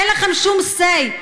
אין לכם שום say.